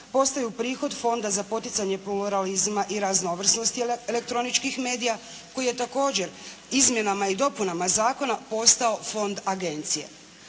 postaju prihod Fonda za poticanje pluralizma i raznovrsnosti elektroničkih medija koji je također izmjenama i dopunama zakona postao fond agencije.